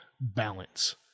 balance